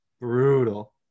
Brutal